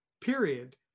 period